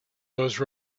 those